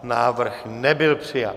Návrh nebyl přijat.